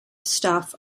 staff